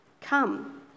Come